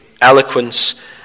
eloquence